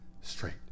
straight